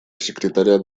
секретаря